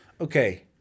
Okay